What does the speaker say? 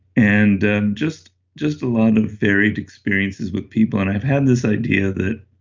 and and just just a lot of varied experiences with people. and i've had this idea that